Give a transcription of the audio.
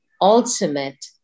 ultimate